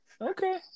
Okay